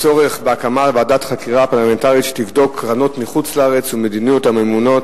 הצורך בהקמת ועדת חקירה פרלמנטרית בנושא קרנות מחוץ-לארץ ומדינות המממנות